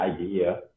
idea